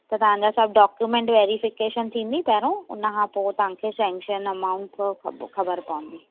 त तव्हां जा सभु डाक्यूमेंट वेरीफिकेशन थींदी पहिरों उनखां पोइ तव्हांखे शेंक्शन अमाउंट पोइ ख़बर पवंदी